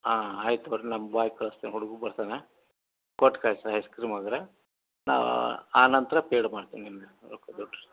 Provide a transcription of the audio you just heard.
ಹಾಂ ಆಯ್ತು ಬರ್ರಿ ನಮ್ಮ ಬಾಯ್ ಕಳ್ಸ್ತೀನಿ ಹುಡುಗ ಬರ್ತಾನೆ ಕೊಟ್ಟು ಕಳಿಸಿ ಐಸ್ ಕ್ರೀಮ್ ಹೋದ್ರೆ ನಾವು ಆ ನಂತರ ಪೇಯ್ಡ್ ಮಾಡ್ತೀನಿ ನಿಮ್ಗೆ ರೊಕ್ಕ ದುಡ್ರಿ